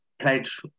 pledge